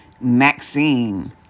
Maxine